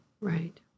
Right